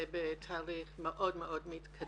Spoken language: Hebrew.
זה בתהליך מאוד מאוד מתקדם.